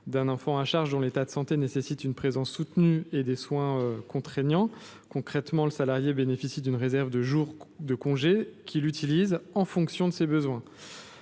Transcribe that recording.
d’un enfant à charge dont l’état de santé nécessite une présence soutenue et des soins contraignants. Concrètement, le salarié bénéficie d’une réserve de jours de congé, qu’il utilise en fonction de ses besoins.